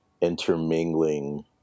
intermingling